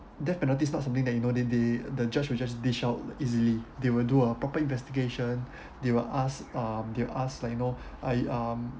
death penalty is not something that you know they they the judge will just dish out easily they will do a proper investigation they will ask um they'll ask like you know I um